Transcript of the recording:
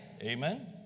Amen